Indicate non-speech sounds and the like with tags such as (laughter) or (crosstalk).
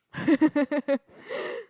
(laughs)